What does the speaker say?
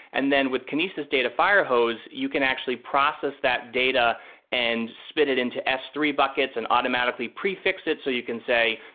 and then with kinesis data firehose, you can actually process that data and spit it into s three buckets and automatically prefi x it so you can say,